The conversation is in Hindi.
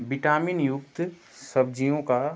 बिटामीन युक्त सब्ज़ियों का